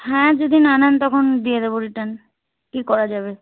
হ্যাঁ যদি না নেন তখন দিয়ে দেবো রিটার্ন কি করা যাবে